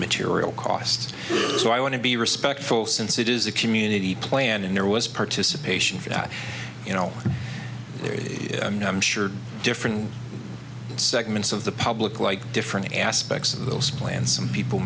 material cost we are so i want to be respectful since it is a community plan and there was participation for that you know there is no i'm sure different segments of the public like different aspects of those plans some people